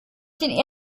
den